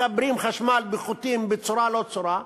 מחברים חשמל בחוטים, בצורה-לא-צורה,